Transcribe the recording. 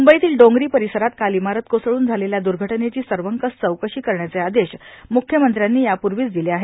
मुंबईतील डोंगरी परिसरात काल इमारत कोसळून झालेल्या द्र्घटनेची सर्वंकष चौकशी करण्याचे आदेश म्ख्यमंत्र्यांनी यापूर्वीच दिले आहेत